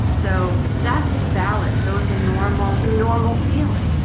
so that's valid. those are normal the normal feeling,